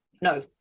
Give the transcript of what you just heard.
no